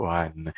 one